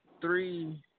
three